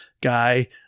guy